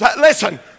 listen